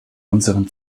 unseren